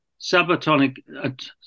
subatomic